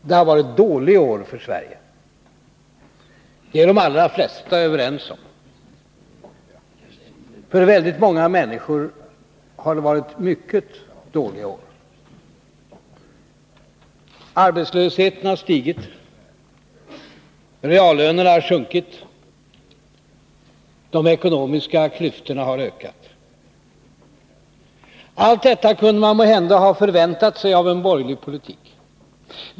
Det har varit dåliga år för Sverige. Det är de allra flesta överens om. För väldigt många människor har det varit mycket dåliga år. Arbetslösheten har stigit. Reallönerna har sjunkit. De ekonomiska klyftorna har ökat. Allt detta kunde man måhända ha förväntat sig av en borgerlig politik.